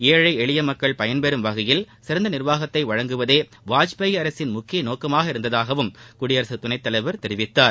ஏழை எளிய மக்கள் பயன்பெறும் வகையில் சிறந்த நிர்வாகத்தை வழங்குவதே வாஜ்பாய் அரசின் முக்கிய நோக்கமாக இருந்ததாகவும் குடியரசுத் துணைத்தலைவர் தெரிவித்தார்